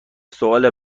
سوال